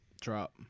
Drop